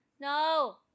No